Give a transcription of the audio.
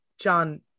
John